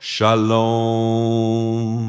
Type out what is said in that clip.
Shalom